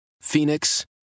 Phoenix